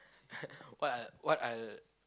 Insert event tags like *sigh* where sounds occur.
*laughs* what I what I'll